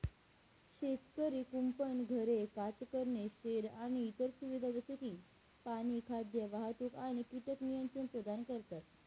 शेतकरी कुंपण, घरे, कातरणे शेड आणि इतर सुविधा जसे की पाणी, खाद्य, वाहतूक आणि कीटक नियंत्रण प्रदान करतात